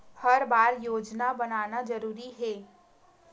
हर बार योजना बनाना जरूरी है?